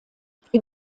für